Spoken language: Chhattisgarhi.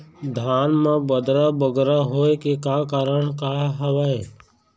धान म बदरा बगरा होय के का कारण का हवए?